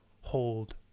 hold